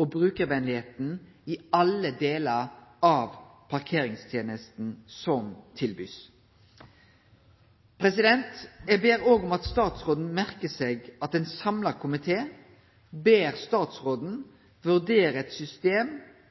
og brukarvenlegheita i alle delar av parkeringstenesta. Eg ber òg om at statsråden merkar seg at ein samla komité ber statsråden vurdere eit system